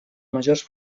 majors